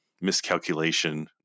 miscalculation